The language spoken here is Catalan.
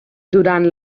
durant